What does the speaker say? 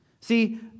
See